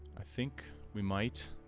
i think we might